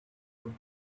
words